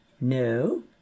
no